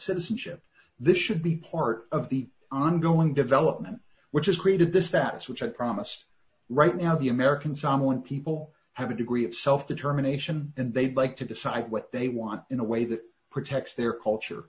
citizenship this should be part of the ongoing development which is created the status which i promised right now the american someone people have a degree of self determination and they'd like to decide what they want in a way that protects their culture